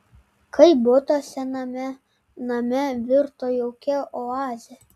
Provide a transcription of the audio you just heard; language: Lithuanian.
kaip butas sename name virto jaukia oaze